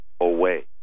away